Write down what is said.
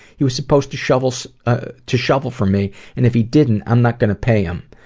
he was supposed to shovel so ah to shovel for me and if he didn't, i'm not going to pay him.